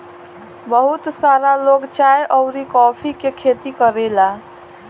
बहुत सारा लोग चाय अउरी कॉफ़ी के खेती करेला